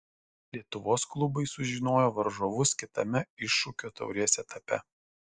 lietuvos klubai sužinojo varžovus kitame iššūkio taurės etape